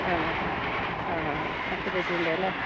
ആണോ ഹാ ആ ഹാ ഹാ അസിഡിറ്റിയുണ്ടല്ലേ